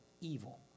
evil